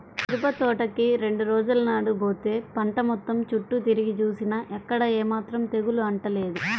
మిరపతోటకి రెండు రోజుల నాడు బోతే పంట మొత్తం చుట్టూ తిరిగి జూసినా ఎక్కడా ఏమాత్రం తెగులు అంటలేదు